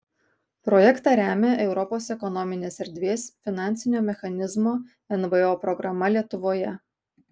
projektą remia europos ekonominės erdvės finansinio mechanizmo nvo programa lietuvoje